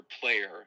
player